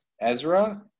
Ezra